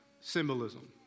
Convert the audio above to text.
symbolism